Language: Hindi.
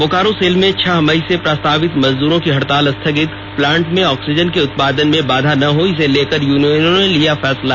बोकारो सेल मे छह मई से प्रस्तावित मजदूरों की हड़ताल स्थगित प्लांट में ऑक्सीजन के उत्पादन में बाधा ना हो इसे लेकर यूनियनों ने लिया फैसला